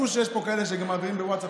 עזבו שיש פה כאלה שגם מעבירים בווטסאפ.